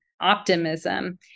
optimism